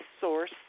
source